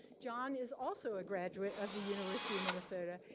john is also a graduate of the university of minnesota,